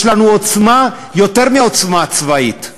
יש לנו עוצמה יותר מהעוצמה הצבאית,